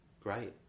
Great